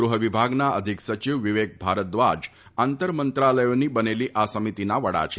ગૃહવિભાગના અધિક સચિવ વિવેક ભારદ્રાજ આંતર મંત્રાલયોની બનેલી આ સમિતીના વડા છે